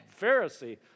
Pharisee